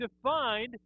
defined